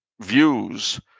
views